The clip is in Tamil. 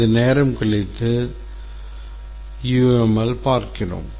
சிறிது நேரம் கழித்து UML பார்க்கிறோம்